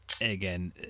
Again